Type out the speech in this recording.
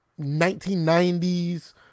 1990s